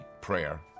prayer